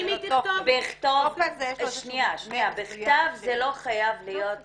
זה לא חייב להיות טופס.